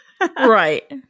Right